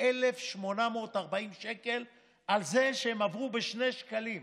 איבדו 60,840 שקל בשנה על זה שהם עברו בשני שקלים.